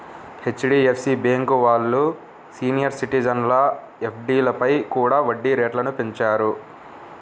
HDFC bank వాళ్ళు senior సిటిజన్ల ఎఫ్డీలపై కూడా వడ్డీ రేట్లను పెంచారు